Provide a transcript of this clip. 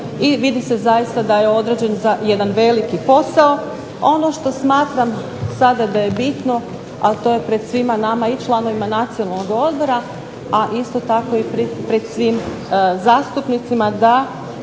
i vidi se da je odrađen jedan veliki posao. Ono što smatram da je sada bitno, a to je pred svima nama i članovima Nacionalnog odbora, a isto tako i pred svim zastupnicima da